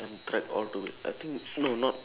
then trapped all the way I think no not